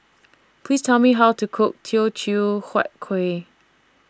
Please Tell Me How to Cook Teochew Huat Kueh